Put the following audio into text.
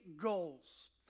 goals